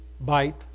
bite